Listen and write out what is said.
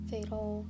Fatal